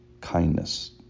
kindness